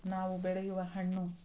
ನಾವು ಬೆಳೆಯುವ ಹಣ್ಣು